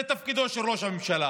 זה תפקידו של ראש הממשלה,